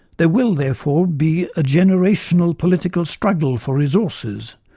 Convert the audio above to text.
there will therefore be a generational political struggle for resources,